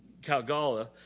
Calgala